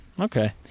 Okay